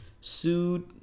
sued